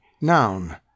Noun